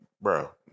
bro